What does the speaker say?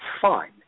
fine